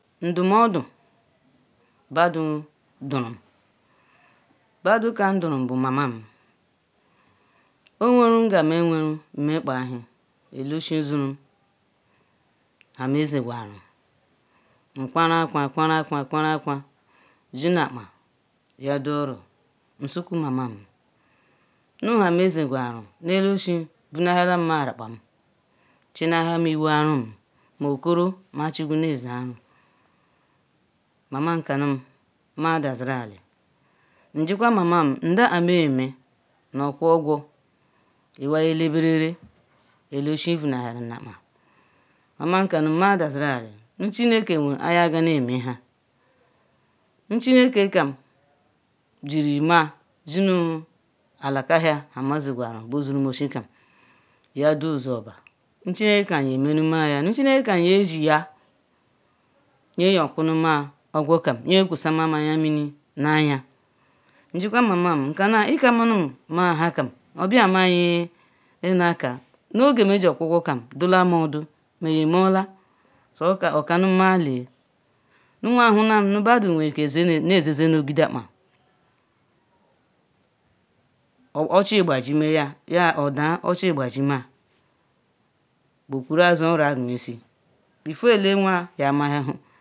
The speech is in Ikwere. Ndu mu oduh badu durum, badu kam durum bu mamam. Onweru nge me Nweru mmekpa-ahu, ele-oshin zurum ha me zegun aru, nqaru ankwa kwaru akwa zi na akpan hia du oro nsuku mamam nu heme zegu anru nu ele. Oshin bunahialam me rekpa, chinahiam iwe anrum nu okoro me chigwu ne je anrum. Mamam ka num ma daziru ali, njikwa mamam ma ndah ah me ye me, nu okwu ogwo iwai eleberere ele oshin Nunahiarum na akpa. Mamam ka num ma daziru ali nu chineke Nweru aya ji ne me ha, nu chineke kam jiri mea zinu alakahia ham me jegu anru, bo zurum onshi kam ya du ozuoba, nu chineke kam je meh nu ma ya, nu chineke kam ye ziya Nye je krou num ma ogwo kam, nye je kwosamam anya-mini naya. Njikwa mamam ma ekamanum Nhakam obiya ma Nye iya ka nu oge me ye okwu ogwo kam du- Lam ordu me ye me ola. Okanum ma le nu anwa humam nu badu nweruuke neje nu ogbudu ankpa odah ochi gbaji mea, be kwura je oro egubishi, before elenwa ya maya he